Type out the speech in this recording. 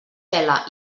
pela